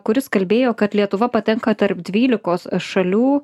kuris kalbėjo kad lietuva patenka tarp dvylikos šalių